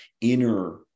inner